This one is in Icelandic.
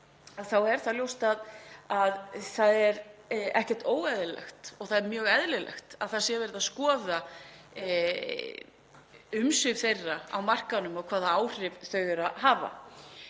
þá er það ljóst að það er ekkert óeðlilegt og raunar mjög eðlilegt að það sé verið að skoða umsvif þeirra á markaðnum og hvaða áhrif þau hafa.